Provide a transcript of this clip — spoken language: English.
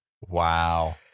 Wow